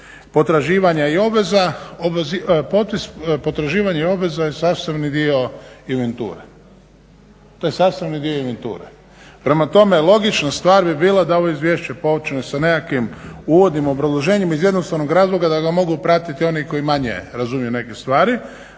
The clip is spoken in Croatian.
potraživanja i obveza i sastavni dio inventure. Prema tome, logična stvar bi bila da ovo izvješće … sa nekakvim uvodnim obrazloženjem iz jednostavnog razloga da ga mogu pratiti onikoji manje razumiju neke stvari,